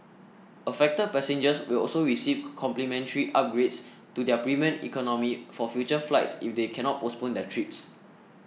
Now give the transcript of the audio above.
affected passengers will also receive complimentary upgrades to their premium economy for future flights if they cannot postpone their trips